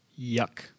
Yuck